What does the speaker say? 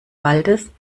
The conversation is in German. waldes